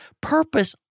purpose